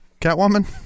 Catwoman